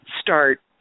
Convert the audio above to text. start